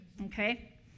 okay